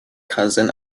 cousin